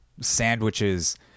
sandwiches